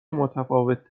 متفاوت